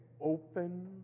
open